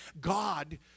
God